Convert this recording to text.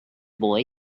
boy